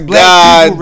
god